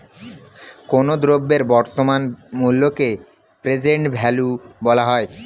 কোনো দ্রব্যের বর্তমান মূল্যকে প্রেজেন্ট ভ্যালু বলা হয়